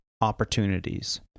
opportunities